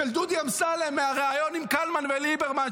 של דודי אמסלם מהריאיון עם קלמן וליברמן,